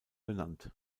benannt